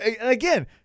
again